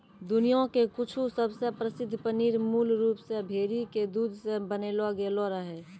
दुनिया के कुछु सबसे प्रसिद्ध पनीर मूल रूप से भेड़ी के दूध से बनैलो गेलो रहै